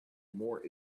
more